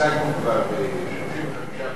הצגנו כבר כ-35 פרויקטים שצריך